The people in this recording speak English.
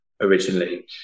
originally